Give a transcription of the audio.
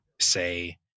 say